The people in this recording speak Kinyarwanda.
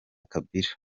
kabila